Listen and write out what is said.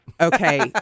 Okay